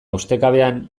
ustekabean